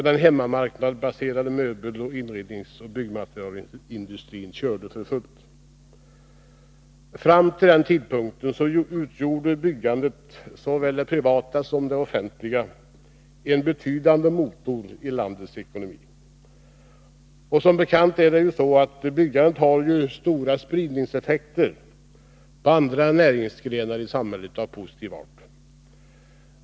Den hemmamarknadsbaserade möbel-, inredningsoch byggmaterialindustrin körde för fullt. Fram till den tidpunkten utgjorde byggandet, såväl det privata som det offentliga, en betydande motor i landets ekonomi. Som bekant har byggandet stora spridningseffekter av positiv art för andra näringsgrenar i samhället.